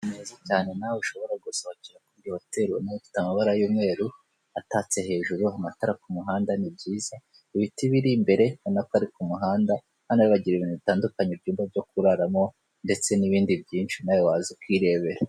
Ahantu heza cyane nawe ushobora gusohokera ikuri yi hoteri ubona ifite amabara y'umweru atatse hejuru amatara ku muhanda ni byiza. Ibiti biri imbere urabona ko ari ku muhanda . hano rero bagira ibintu bitandukanye, ibyumba byo ku raramo ndetse n'ibindi byinshi nawe waza ukirebera.